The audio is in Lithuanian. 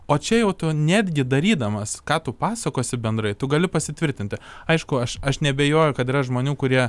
o čia jau tu netgi darydamas ką tu pasakosi bendrai tu gali pasitvirtinti aišku aš aš neabejoju kad yra žmonių kurie